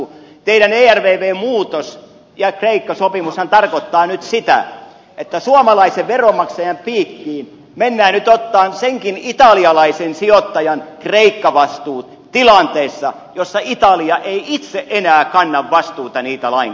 teidän ervv muutoksenne ja kreikka sopimushan tarkoittavat nyt sitä että suomalaisen veronmaksajan piikkiin mennään nyt ottamaan myöskin sen italialaisen sijoittajan kreikka vastuut tilanteessa jossa italia ei itse enää kanna niitä vastuita lainkaan